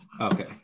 Okay